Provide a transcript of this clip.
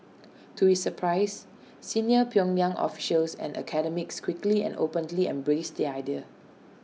to his surprise senior pyongyang officials and academics quickly and openly embraced the idea